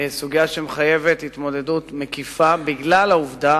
סוגיה שמחייבת התמודדות מקיפה בגלל העובדה